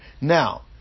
Now